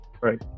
right